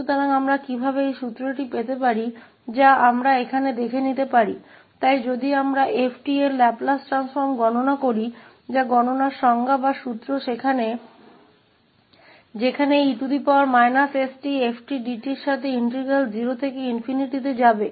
तो हम इस सूत्र को कैसे प्राप्त करते हैं कि हम यहां एक नज़र डाल सकते हैं इसलिए यदि हम f𝑡 के लाप्लास रूपान्तरण की गणना करते हैं जो कि गणना के लिए परिभाषा या सूत्र है जहां इस e stfdt के साथ इंटीग्रल 0 से ∞ तक जाएगा